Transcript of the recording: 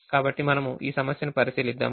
కాబట్టి మనము ఈ సమస్యను పరిశీలిద్దాము